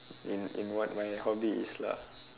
in in what my hobby is lah